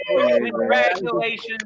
Congratulations